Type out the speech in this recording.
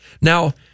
Now